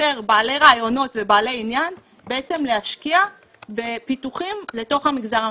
שיותר בעלי רעיונות ובעלי עניין להשקיע בפיתוחים לתוך המגזר הממשלתי.